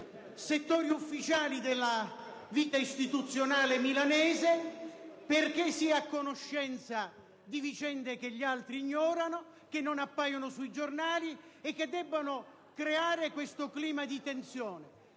settori ufficiali della vita istituzionale milanese, perché sia a conoscenza di vicende che gli altri ignorano, che non appaiono sui giornali e che debbono creare questo clima di tensione.